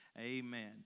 Amen